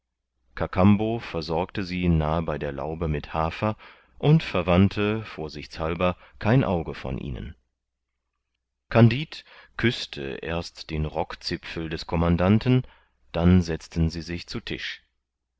kakambo versorgte sie nahe bei der laube mit hafer und verwandte vorsichtshalber kein auge von ihnen kandid küßte erst den rockzipfel des commandanten dann setzten sie sich zu tisch